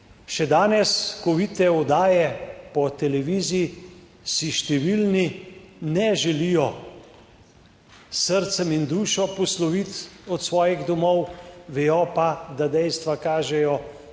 Še danes, ko vidite oddaje po televiziji, si številni ne želijo s srcem in dušo posloviti od svojih domov, vedo pa, da dejstva kažejo,